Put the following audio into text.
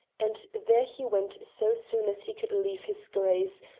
and there he went so soon as he could leave his grace,